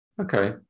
Okay